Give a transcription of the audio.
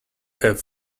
have